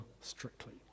strictly